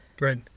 Right